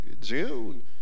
June